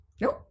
nope